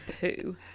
poo